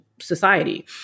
society